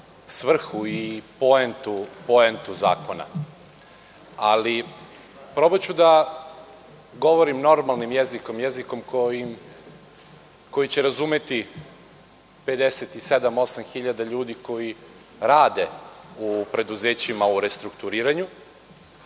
svrhu i poentu zakona. Ali, probaću da govorim normalnim jezikom, jezikom koji će razumeti 57, 58 hiljada ljudi koji rade u preduzećima u restrukturiranju,